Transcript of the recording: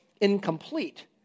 incomplete